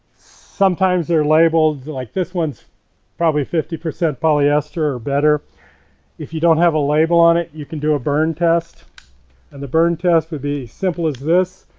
sometimes their labeled like this one's probably fifty percent polyester or better if you don't have a label on it you can do a burn test and the burn test would be simple as this.